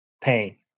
pain